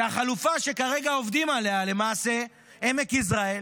שלחלופה שכרגע עובדים עליה למעשה, עמק יזרעאל,